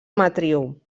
matriu